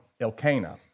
Elkanah